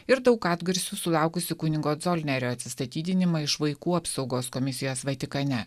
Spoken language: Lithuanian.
ir daug atgarsių sulaukusį kunigo colinerio atsistatydinimą iš vaikų apsaugos komisijos vatikane